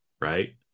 right